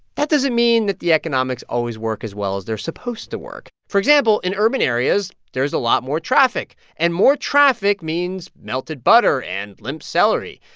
that doesn't mean that the economics always work as well as they're supposed to work. for example, in urban areas, there is a lot more traffic. and more traffic means melted butter and limp celery.